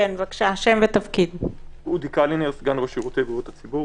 קודם